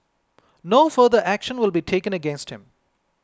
no further action will be taken against him